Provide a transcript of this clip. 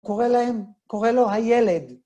קורא להם, קורא לו הילד.